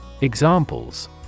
Examples